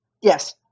Yes